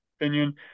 opinion